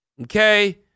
Okay